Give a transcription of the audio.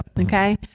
Okay